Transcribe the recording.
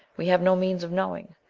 we have no means of knowing.